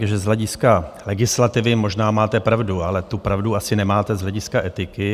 Z hlediska legislativy možná máte pravdu, ale tu pravdu asi nemáte z hlediska etiky.